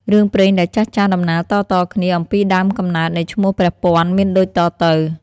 រឿងព្រេងដែលចាស់ៗដំណាលតៗគ្នាអំពីដើមកំណើតនៃឈ្មោះ "ព្រះពាន់" មានដូចតទៅ។